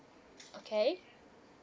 okay